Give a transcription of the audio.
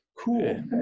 cool